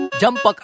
jump